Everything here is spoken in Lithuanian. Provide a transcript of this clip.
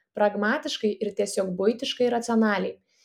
pragmatiškai ir tiesiog buitiškai racionaliai